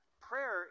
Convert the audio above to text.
Prayer